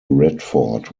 radford